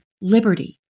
liberty